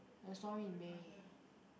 the story in may